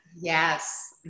Yes